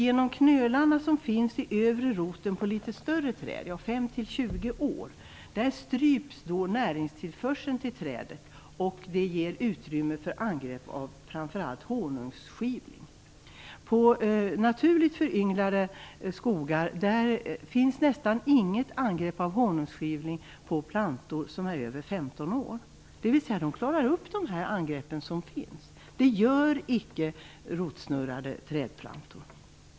Genom knölarna som finns i övre roten på litet större träd - träd som är fem till tjugo år - stryps näringstillförseln till trädet. Det ger utrymme för angrepp av framför allt honungsskivling. På naturligt föryngrade skogar finns nästan inget angrepp av honungsskivling på plantor som är över femton år. Det vill säga att de klarar av de angrepp som förekommer. Det gör inte rotsnurrade trädplantor.